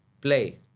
Play